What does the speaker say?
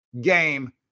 game